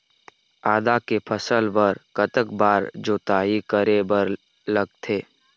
आदा के फसल बर कतक बार जोताई करे बर लगथे?